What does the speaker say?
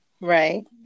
Right